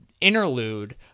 interlude